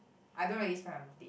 I don't really spend my birthday